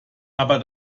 aber